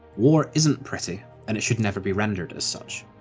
war isn't pretty, and it should never be rendered as such.